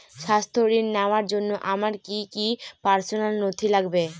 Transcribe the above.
স্বাস্থ্য ঋণ নেওয়ার জন্য আমার কি কি পার্সোনাল নথি লাগবে?